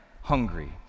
hungry